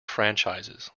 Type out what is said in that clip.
franchises